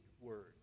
word